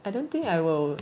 I don't think I will